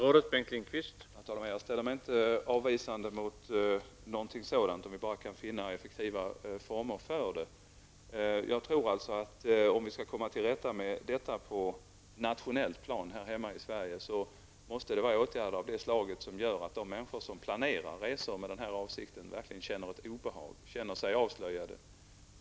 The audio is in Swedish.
Herr talman! Jag ställer mig inte avvisande till något sådant, om vi bara kan finna effektiva former för det. Om vi skall komma till rätta med detta på nationellt plan här hemma i Sverige tror jag att det måste handla om åtgärder av ett sådant slag som gör att de människor som planerar resor med denna avsikt verkligen känner ett obehag och känner sig avslöjade.